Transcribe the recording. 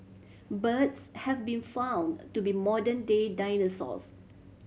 birds have been found to be modern day dinosaurs